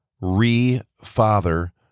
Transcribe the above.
re-father